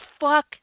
Fuck